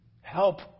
Help